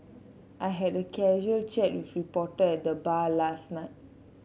I had a casual chat with reporter at the bar last night